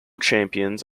champions